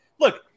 look